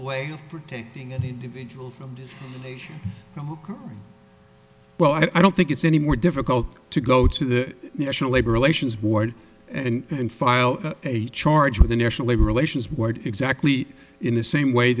way protecting an individual oh well i don't think it's any more difficult to go to the national labor relations board and file a charge for the national labor relations board exactly in the same way